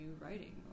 writing